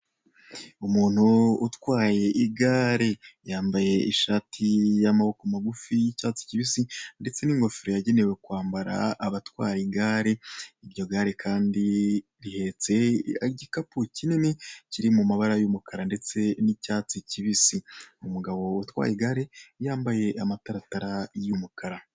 Umuntu utwaye igare yambaye ishati y'amaboko magufi y'icyatsi kibisi, ndetse n'ingofero yagenewe kwambara abatwara igare, iryo gare kandi rihetse igikapu kinini kiri mu mabara y'umukara ndetse n'icyatsi kibisi, umugabo utwaye igare yambvaye amataratara y'umukara.